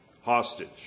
hostage